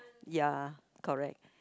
ya correct